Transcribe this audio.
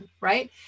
right